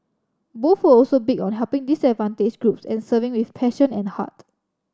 both were also big on helping disadvantaged groups and serving with passion and heart